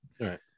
right